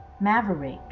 Maverick